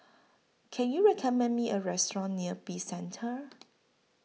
Can YOU recommend Me A Restaurant near Peace Centre